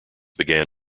began